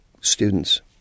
students